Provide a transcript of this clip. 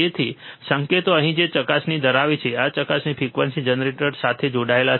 તેથી સંકેતો અહીં છે જે ચકાસણી ધરાવે છે આ ચકાસણી ફ્રીક્વન્સી જનરેટર સાથે જોડાયેલ છે